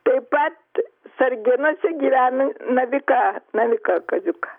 taip pat sargėnuose gyvena naviką naviką kaziuką